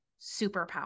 superpower